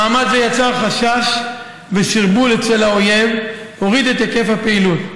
מאמץ זה יצר חשש וסרבול אצל האויב והוריד את היקף הפעילות.